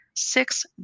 six